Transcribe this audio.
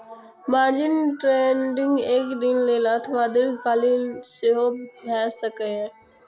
margin trading एक दिन लेल अथवा दीर्घकालीन सेहो भए सकैए